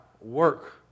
work